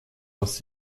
aus